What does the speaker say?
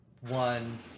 one